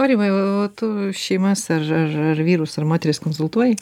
aurimai o tu šeimas ar ar ar vyrus ar moteris konsultuoji